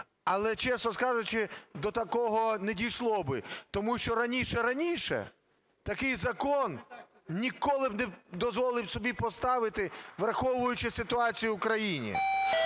Але, чесно кажучи, до такого не дійшло би. Тому що раніше-раніше такий закон ніколи б не дозволили собі поставити, враховуючи ситуацію в країні,